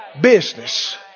business